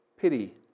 pity